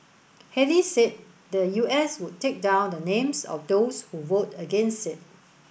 Haley said the U S would take down the names of those who vote against it